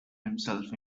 himself